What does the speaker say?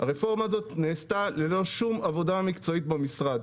הרפורמה הזאת נעשתה ללא שום עבודה מקצועית במשרד.